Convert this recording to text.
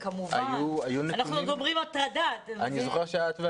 אני זוכר שאת,